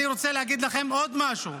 אני רוצה להגיד לכם עוד משהו: